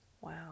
Wow